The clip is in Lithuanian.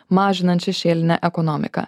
mažinant šešėlinę ekonomiką